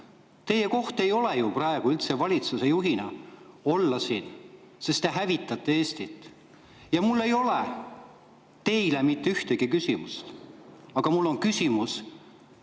Teie koht ei ole praegu ju üldse valitsuse juhina siin olla, sest te hävitate Eestit, ja mul ei ole teile mitte ühtegi küsimust. Aga mul on küsimus